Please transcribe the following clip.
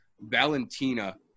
Valentina